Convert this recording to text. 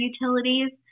utilities